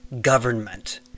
government